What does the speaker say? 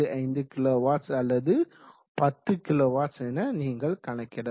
5 kilowatts அல்லது 10 kilowatts என நீங்கள் கணக்கிடலாம்